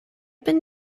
been